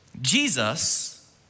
Jesus